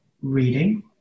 reading